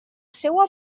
seua